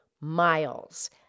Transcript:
miles